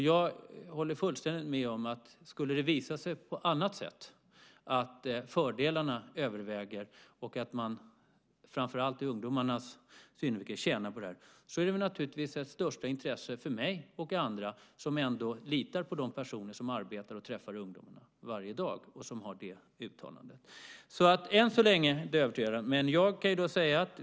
Jag håller fullständigt med om att skulle det visa sig på annat sätt att fördelarna överväger och att man, framför allt ur ungdomarnas synvinkel, tjänar på detta, är det naturligtvis av största intresse för mig och andra som litar på de personer som arbetar med och träffar ungdomar varje dag.